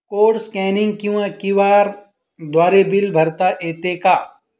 Code scanning किंवा QR द्वारे bill भरता येते का?